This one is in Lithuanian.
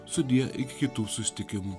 sudie iki kitų susitikimų